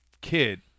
kid